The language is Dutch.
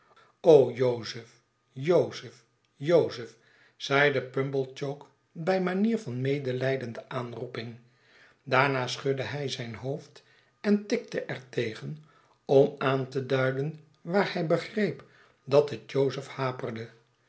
jozef i jozef zeide pumblechook bij manier van medeliidende aanroeping daarna schudde hij zijn hoofd en tikte er tegen om aan te duiden waar hij begreep dat het jozef haperde